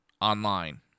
online